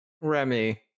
Remy